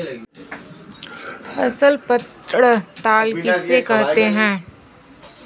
फसल पड़ताल किसे कहते हैं?